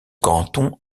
canton